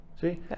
See